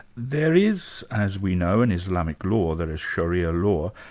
there is, as we know, an islamic law that is sharia law.